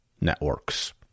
networks